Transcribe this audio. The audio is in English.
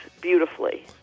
beautifully